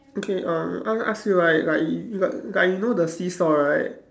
okay um I want ask you right like you like you know the seesaw right